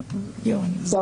בבקשה.